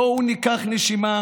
בואו ניקח נשימה